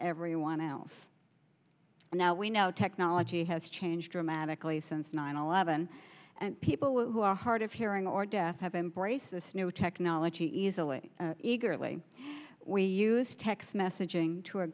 everyone else and now we know technology has changed dramatically since nine eleven and people who are hard of hearing or death have embraced this new technology easily eagerly we use text messaging to a